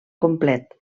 complet